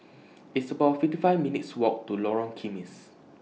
It's about fifty five minutes' Walk to Lorong Kismis